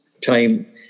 time